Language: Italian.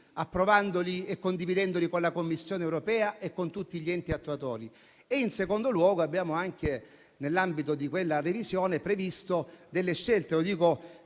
approvandoli e condividendoli con la Commissione europea e con tutti gli enti attuatori. E, in secondo luogo, abbiamo anche, nell'ambito di quella revisione, previsto delle scelte.